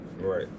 Right